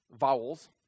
vowels